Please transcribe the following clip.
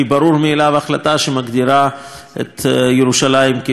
החלטה שמגדירה את ירושלים כשטח כבוש.